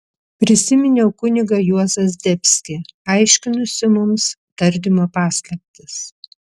prisiminiau kunigą juozą zdebskį aiškinusį mums tardymo paslaptis